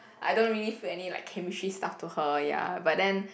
I don't really feel any like chemistry stuff to her ya but then